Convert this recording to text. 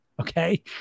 okay